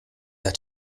hat